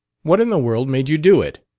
what in the world made you do it?